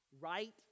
Right